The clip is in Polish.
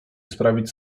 sprawić